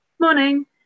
Morning